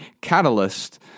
catalyst